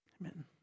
Amen